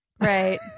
right